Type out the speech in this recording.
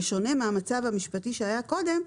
בשונה מהמצב המשפטי שהיה קודם,